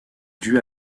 due